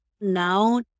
Now